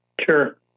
Sure